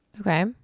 Okay